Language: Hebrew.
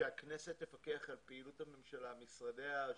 שהכנסת תפקח על פעילות הממשלה על משרדיה השונים,